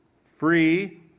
free